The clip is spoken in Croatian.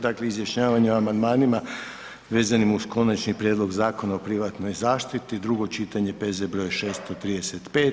Dakle, izjašnjavanje o amandmanima vezanim uz Konačni prijedlog Zakona o privatnoj zaštiti, drugo čitanje, P.Z. broj 635.